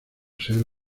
ser